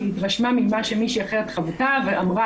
היא התרשמה ממה שמישהי אחרת חוותה ואמרה,